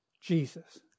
Jesus